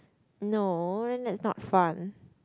no then that's not fun